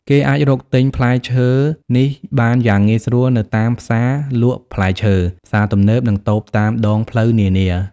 គេអាចរកទិញផ្លែឈើនេះបានយ៉ាងងាយស្រួលនៅតាមផ្សារលក់ផ្លែឈើ ផ្សារទំនើប និងតូបតាមដងផ្លូវនានា។